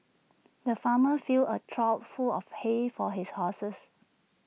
the farmer filled A trough full of hay for his horses